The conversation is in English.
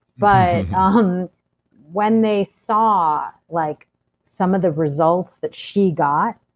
but ah um when they saw like some of the results that she got.